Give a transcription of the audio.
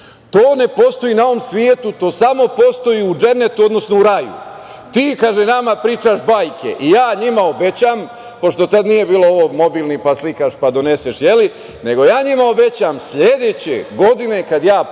to ne postoji na ovom svetu, to samo postoji u dženetu, odnosno u raju. Ti, kaže, nama pričaš bajke. Ja njima obećam, pošto tada nije bilo mobilnih, pa slikaš, pa doneseš, nego ja njima obećam sledeće godine kada ja